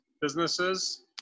businesses